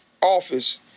office